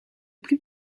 plus